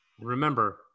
remember